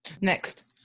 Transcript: next